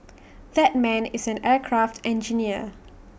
that man is an aircraft engineer